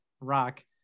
rock